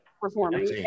performing